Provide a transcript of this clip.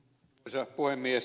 arvoisa puhemies